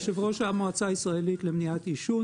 אני יושב-ראש המועצה הישראלית למניעת עישון,